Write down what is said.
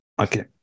Okay